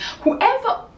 whoever